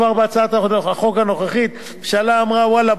כבר בהצעת החוק הנוכחית הממשלה אמרה: ואללה,